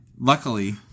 luckily